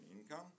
income